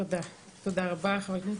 תודה רבה, חה"כ ברקת.